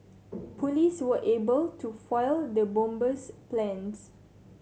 police were able to foil the bomber's plans